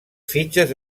fitxes